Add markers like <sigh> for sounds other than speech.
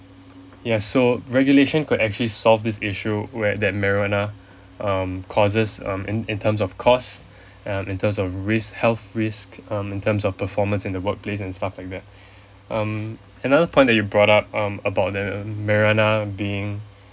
yes so regulation could actually solve this issue where that marijuana um causes um in in terms of cost <breath> um in terms of risk health risk um in terms of performance in the workplace and stuff like that <breath> um another point that you brought up um about the marijuana being